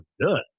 good